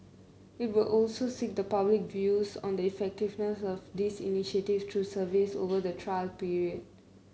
it will also seek the public views on the effectiveness of this initiative through surveys over the trial period